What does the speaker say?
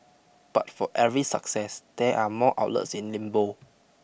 but for every success there are more outlets in limbo